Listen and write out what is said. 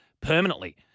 permanently